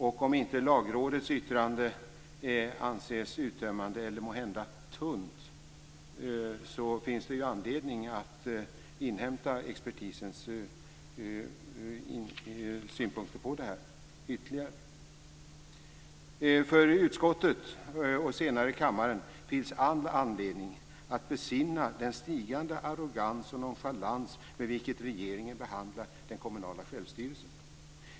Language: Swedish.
Om Lagrådets yttrande inte anses uttömmande eller måhända anses tunt finns det ju anledning att inhämta expertisens synpunkter på det här. För utskottet och senare för kammaren finns det all anledning att besinna den stigande arrogans och nonchalans med vilken regeringen behandlar den kommunala självstyrelsen.